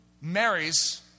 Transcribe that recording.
marries